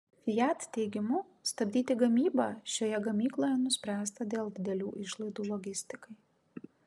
fiat teigimu stabdyti gamybą šioje gamykloje nuspręsta dėl didelių išlaidų logistikai